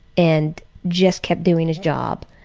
and just kept doing his job.